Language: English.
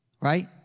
right